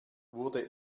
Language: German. wurde